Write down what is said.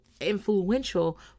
influential